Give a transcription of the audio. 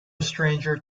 stranger